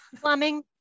Plumbing